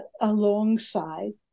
alongside